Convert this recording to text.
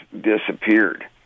disappeared